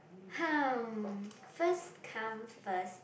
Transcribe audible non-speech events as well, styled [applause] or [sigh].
[noise] first come first